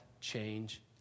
change